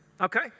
Okay